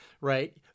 right